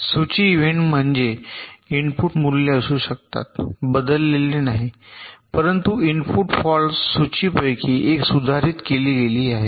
सूची इव्हेंट म्हणजे इनपुट मूल्य असू शकतात बदललेले नाहीत परंतु इनपुट फॉल्ट सूचीपैकी एक सुधारित केली गेली आहे